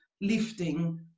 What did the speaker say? lifting